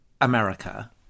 America